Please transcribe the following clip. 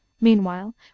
Meanwhile